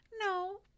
no